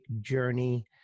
journey